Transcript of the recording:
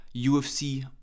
UFC